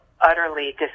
utterly